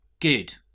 good